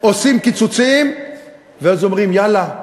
עושים קיצוצים ואז אומרים: יאללה,